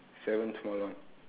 seven small one